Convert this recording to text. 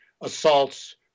assaults